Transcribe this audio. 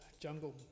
jungle